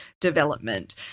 development